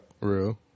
Real